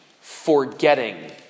forgetting